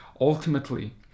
Ultimately